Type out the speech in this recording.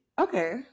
okay